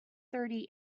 thirty